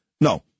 No